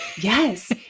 Yes